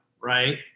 right